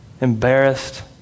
embarrassed